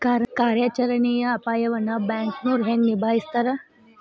ಕಾರ್ಯಾಚರಣೆಯ ಅಪಾಯವನ್ನ ಬ್ಯಾಂಕನೋರ್ ಹೆಂಗ ನಿಭಾಯಸ್ತಾರ